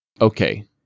okay